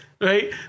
Right